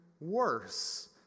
worse